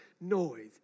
noise